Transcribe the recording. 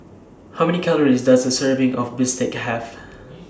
How Many Calories Does A Serving of Bistake Have